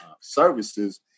services